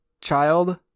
child